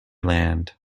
land